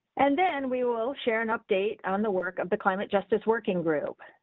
and then we will share an update on the work of the climate justice working group.